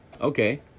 Okay